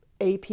AP